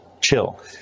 chill